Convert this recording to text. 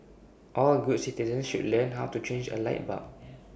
all good citizens should learn how to change A light bulb